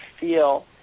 feel